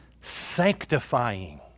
sanctifying